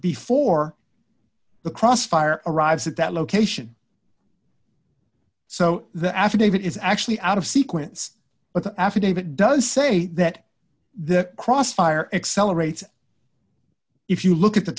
before the cross fire arrives at that location so the affidavit is actually out of sequence but the affidavit does say that the cross fire accelerates if you look at the